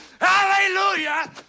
Hallelujah